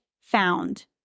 found